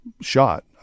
shot